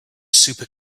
super